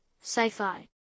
Sci-Fi